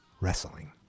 wrestling